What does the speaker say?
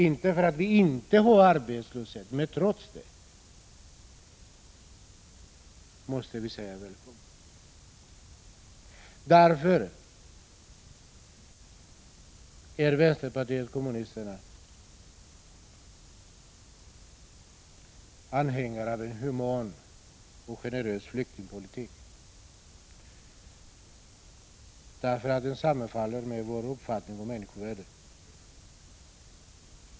Inte därför att vi inte har arbetslöshet utan trots att vi har det måste vi säga välkommen. Vänsterpartiet kommunisterna är anhängare av en human och generös flyktingpolitik, eftersom den sammanfaller med vår uppfattning om människovärdet.